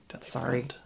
Sorry